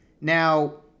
Now